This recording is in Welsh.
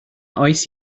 oes